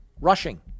rushing